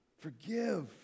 Forgive